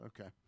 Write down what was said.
Okay